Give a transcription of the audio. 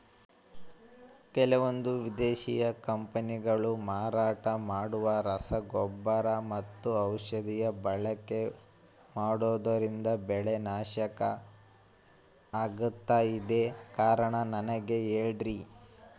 ಕೆಲವಂದು ವಿದೇಶಿ ಕಂಪನಿಗಳು ಮಾರಾಟ ಮಾಡುವ ರಸಗೊಬ್ಬರ ಮತ್ತು ಔಷಧಿ ಬಳಕೆ ಮಾಡೋದ್ರಿಂದ ಬೆಳೆ ನಾಶ ಆಗ್ತಾಇದೆ? ಕಾರಣ ನನಗೆ ಹೇಳ್ರಿ?